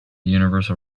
universal